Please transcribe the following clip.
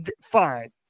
fine